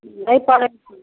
नहि पढ़ै छै